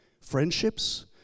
friendships